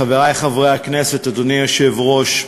חברי חברי הכנסת, אדוני היושב-ראש,